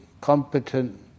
competent